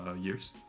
years